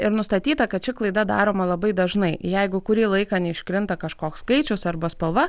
ir nustatyta kad ši klaida daroma labai dažnai jeigu kurį laiką neiškrinta kažkoks skaičius arba spalva